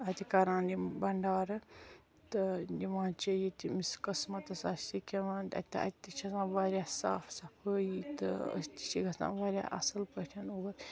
اَتہِ کَران یِم بَنٛڈارٕ تہٕ نِوان چھِ یہِ تہِ قٕسمَتَس منٛز آسہِ کھِٮ۪وان اَتہِ تہِ چھِ آسان واریاہ صاف صَفٲیی تہٕ أسۍ تہِ چھِ گَژھان واریاہ اَصٕل پٲٹھۍ اور